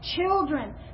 children